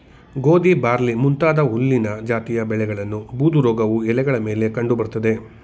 ಗೋಧಿ ಬಾರ್ಲಿ ಮುಂತಾದ ಹುಲ್ಲಿನ ಜಾತಿಯ ಬೆಳೆಗಳನ್ನು ಬೂದುರೋಗವು ಎಲೆಗಳ ಮೇಲೆ ಕಂಡು ಬರ್ತದೆ